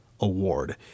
Award